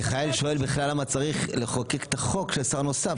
מיכאל שואל בכלל למה צריך לחוקק את החוק לשר נוסף?